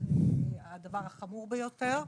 שזה הדבר החמור ביותר,